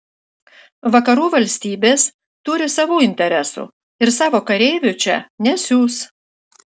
vakarų valstybės turi savų interesų ir savo kareivių čia nesiųs